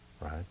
right